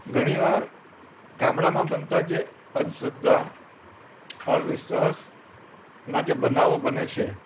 ઘણીવાર ગામડામાં બનતા જે અંધશ્રદ્ધા અવિશ્વાસના જે બનાવો બને છે